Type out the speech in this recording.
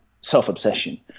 self-obsession